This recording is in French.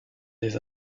des